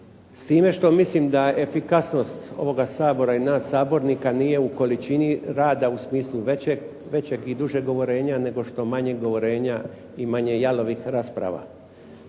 S time što mislim da efikasnost ovoga Sabora i nas sabornika nije u količini rada u smislu većeg i dužeg govorenja, nego što manje govorenja i manje jalovih rasprava.